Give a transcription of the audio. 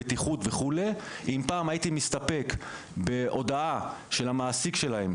בטיחות וכו' אם פעם הייתי מסתפק בהודעה של המעסיק שלהם,